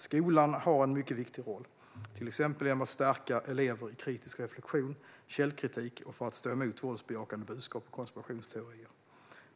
Skolan har en mycket viktig roll, till exempel genom att stärka elever i kritisk reflektion, källkritik och att stå emot våldsbejakande budskap och konspirationsteorier.